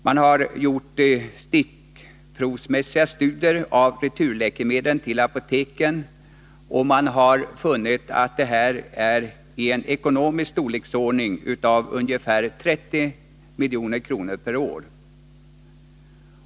Man har gjort stickprovsmässiga studier av returläkemedel till apoteken, och man har funnit att det ekonomiskt ligger i storleksordningen ungefär 30 milj.kr. per år.